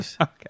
Okay